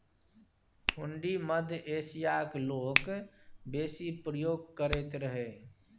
हुंडी मध्य एशियाक लोक बेसी प्रयोग करैत रहय